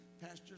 pastors